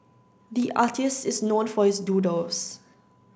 the artist is known for his doodles